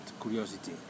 curiosity